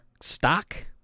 stock